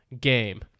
Game